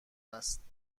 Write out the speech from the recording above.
است